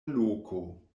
loko